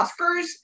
Oscars